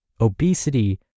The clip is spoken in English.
obesity